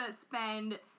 spend